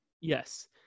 Yes